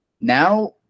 Now